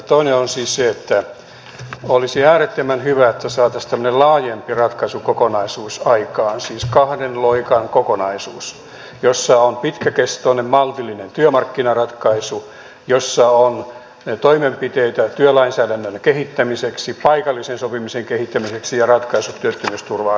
toinen on siis se että olisi äärettömän hyvä että saataisiin tämmöinen laajempi ratkaisukokonaisuus aikaan siis kahden loikan kokonaisuus jossa on pitkäkestoinen maltillinen työmarkkinaratkaisu jossa on toimenpiteitä työlainsäädännön kehittämiseksi paikallisen sopimisen kehittämiseksi ja ratkaisut työttömyysturva asiaan